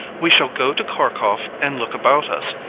we shall go to kharkoff and look about us,